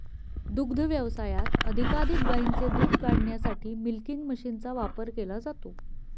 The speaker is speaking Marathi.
दुग्ध व्यवसायात अधिकाधिक गायींचे दूध काढण्यासाठी मिल्किंग मशीनचा वापर केला जातो